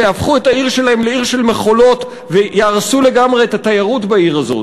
שיהפכו את העיר שלהם לעיר של מכולות ויהרסו לגמרי את התיירות בעיר הזאת,